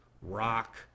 rock